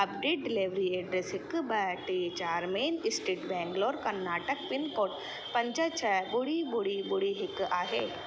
update delivery address हिकु ॿ टे चारि main street Bengaluru Karnataka pin code पंज छ ॿुड़ी हिकु आहे